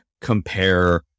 compare